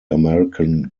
american